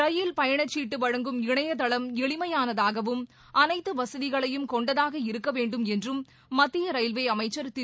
ரயில் பயணச்சீட்டு வழங்கும் இணையதளம் எளிமையானதாகவும் அனைத்து வசதிகளையும் கொண்டதாக இருக்க வேண்டும் என்றும் மத்திய ரயில்வே அமைச்சர் திரு